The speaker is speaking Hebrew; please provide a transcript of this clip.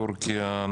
תורכיה,